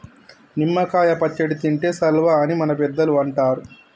నిమ్మ కాయ పచ్చడి తింటే సల్వా అని మన పెద్దలు అంటరు